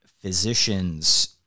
physicians